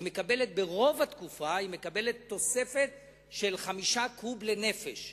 היא מקבלת ברוב התקופה תוספת של 5 קוב לנפש.